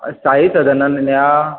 साई सदनानान या